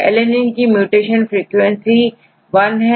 Alanine की mutation frequency यदि1 है